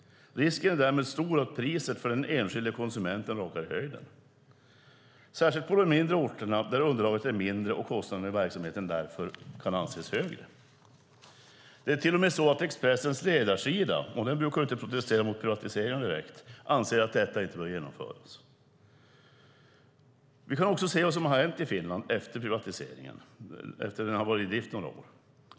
Risken är stor att priset för den enskilde konsumenten rakar i höjden, särskilt på de mindre orterna där underlaget är mindre och kostnaderna i verksamheten därför kan anses högre. Det är till och med så att Expressens ledarsida - och den brukar inte direkt protestera mot privatiseringar - anser att detta inte bör genomföras. Vi kan också se vad som har hänt i Finland efter att privatiseringen varit i drift några år.